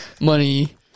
money